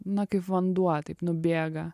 na kaip vanduo taip nubėga